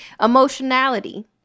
Emotionality